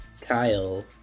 Kyle